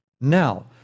Now